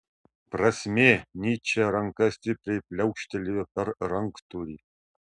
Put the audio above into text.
prasmė nyčė ranka stipriai pliaukštelėjo per ranktūrį